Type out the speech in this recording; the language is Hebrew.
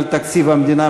על תקציב המדינה,